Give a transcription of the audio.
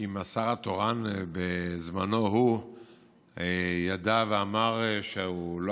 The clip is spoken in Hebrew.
אם השר התורן בזמנו ידע ואמר שהוא לא